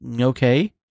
Okay